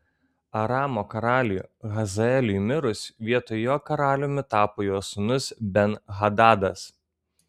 aramo karaliui hazaeliui mirus vietoj jo karaliumi tapo jo sūnus ben hadadas